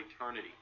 eternity